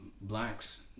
blacks